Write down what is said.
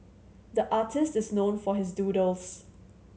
the artist is known for his doodles